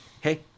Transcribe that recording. Hey